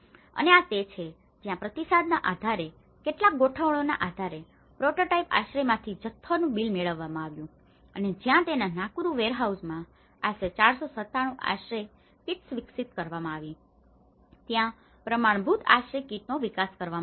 અને આ તે છે જ્યાં પ્રતિસાદના આધારે કેટલાક ગોઠવણોના આધારે પ્રોટોટાઇપ આશ્રયમાંથી જથ્થોનું બિલ મેળવવામાં આવ્યું છે અને જ્યાં તેના નાકુરૂ વેરહાઉસમાં આશરે 497 આશ્રય કિટ્સ વિકસિત કરવામાં આવી છે ત્યાં પ્રમાણભૂત આશ્રય કિટનો વિકાસ કરવામાં આવ્યો છે